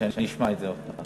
שאני אשמע את זה עוד פעם.